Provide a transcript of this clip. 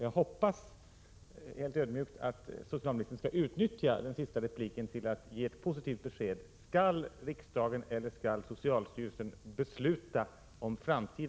Jag hoppas helt ödmjukt att socialministern skall utnyttja sin sista replik till att ge ett positivt besked.